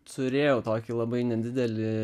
turėjau tokį labai nedidelį